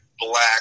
black